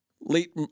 late